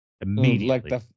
immediately